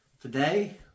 Today